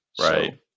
Right